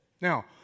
Now